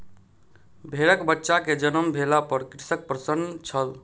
भेड़कबच्चा के जन्म भेला पर कृषक प्रसन्न छल